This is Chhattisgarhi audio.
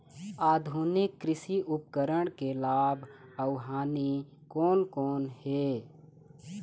आधुनिक कृषि उपकरण के लाभ अऊ हानि कोन कोन हे?